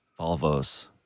Volvos